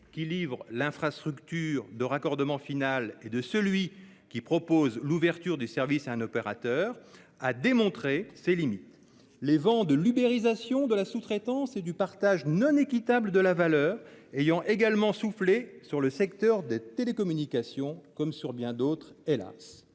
qui livre l'infrastructure de raccordement final et de celui qui propose l'ouverture du service à un opérateur, a démontré ses limites. Les vents de l'ubérisation de la sous-traitance et du partage non équitable de la valeur ont également soufflé sur le secteur des télécommunications, comme sur bien d'autres, hélas